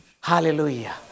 Hallelujah